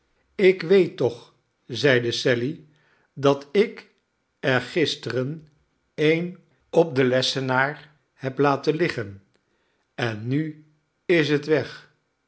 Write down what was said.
ik weet toch zeide sally dat ik er gisteren een op den lessenaar heb laten liggen en nu is het weg